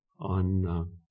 on